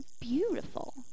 beautiful